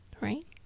right